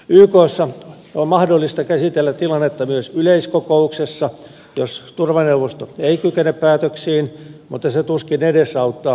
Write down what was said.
ykssa on mahdollista käsitellä tilannetta myös yleiskokouksessa jos turvaneuvosto ei kykene päätöksiin mutta se tuskin edesauttaa neuvotteluratkaisua